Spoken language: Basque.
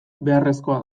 beharrezkoa